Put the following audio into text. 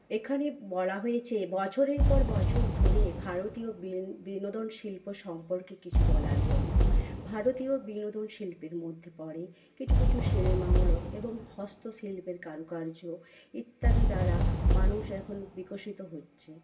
এখানে বলা হয়েছে বছরের পর বছর ধরে ভারতীয় বিনোদন শিল্প সম্পর্কে কিছু বলার জন্য ভারতীয় বিনোদন শিল্পের মধ্যে পড়ে কিছু কিছু সিনেমামূলক এবং হস্তশিল্পের কারুকার্য ইত্যাদি দ্বারা মানুষ এখন বিকশিত হচ্ছে